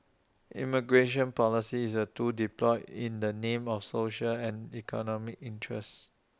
immigration policy is A tool deployed in the name of social and economic interest